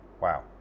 Wow